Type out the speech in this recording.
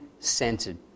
Centered